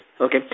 okay